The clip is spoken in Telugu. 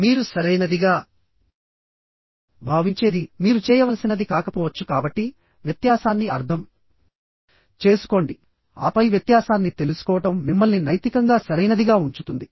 మీరు సరైనదిగా భావించేది మీరు చేయవలసినది కాకపోవచ్చు కాబట్టి వ్యత్యాసాన్ని అర్థం చేసుకోండి ఆపై వ్యత్యాసాన్ని తెలుసుకోవడం మిమ్మల్ని నైతికంగా సరైనదిగా ఉంచుతుంది